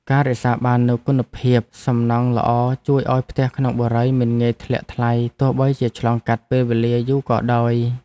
ការរក្សាបាននូវគុណភាពសំណង់ល្អជួយឱ្យផ្ទះក្នុងបុរីមិនងាយធ្លាក់ថ្លៃទោះបីជាឆ្លងកាត់ពេលវេលាយូរក៏ដោយ។